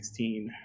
2016